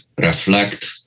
reflect